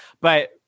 But-